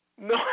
No